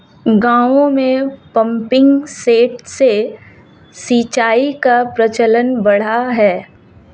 गाँवों में pumping set से सिंचाई का प्रचलन बढ़ा है